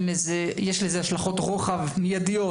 יש לזה השלכות רוחב מיידיות,